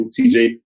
TJ